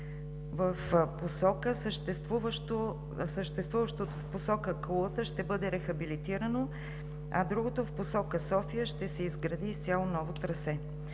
платна. Съществуващото в посока Кулата ще бъде рехабилитирано, а другото, в посока София, ще се изгради изцяло ново трасе.